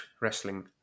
Wrestling